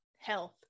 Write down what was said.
health